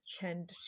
tend